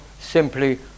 simply